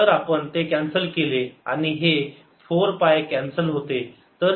तर आपण ते कॅन्सल केले आणि हे 4 पाय कॅन्सल होते